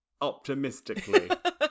optimistically